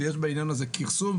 ובעניין הזה יש כרסום.